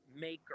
maker